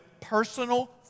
personal